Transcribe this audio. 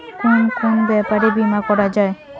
কুন কুন ব্যাপারে বীমা করা যায়?